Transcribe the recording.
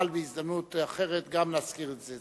יוכל בהזדמנות אחרת להזכיר את זה.